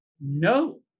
No